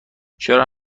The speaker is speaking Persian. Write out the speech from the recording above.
چرا